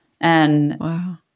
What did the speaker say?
Wow